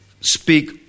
speak